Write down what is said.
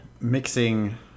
mixing